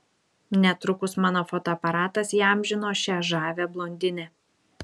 netrukus mano fotoaparatas įamžino šią žavią blondinę